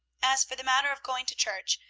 as for the matter of going to church,